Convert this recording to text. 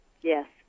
Yes